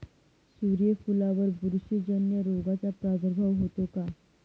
सूर्यफुलावर बुरशीजन्य रोगाचा प्रादुर्भाव होतो का?